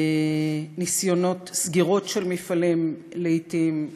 ניסיונות סגירות של מפעלים לעתים,